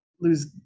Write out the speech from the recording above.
lose